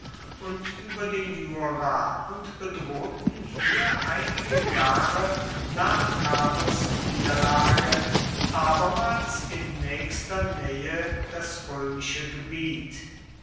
und über den jura und bedrohten hier einige jahre nach carbos niederlage abermals in nächster nähe das römische gebiet